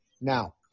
Now